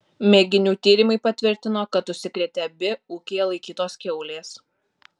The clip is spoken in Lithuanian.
mėginių tyrimai patvirtino kad užsikrėtė abi ūkyje laikytos kiaulės